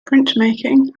printmaking